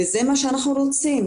וזה מה שאנחנו רוצים.